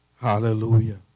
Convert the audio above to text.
Hallelujah